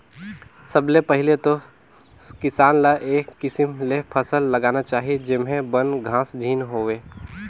सबले पहिले तो किसान ल ए किसम ले फसल लगाना चाही जेम्हे बन, घास झेन होवे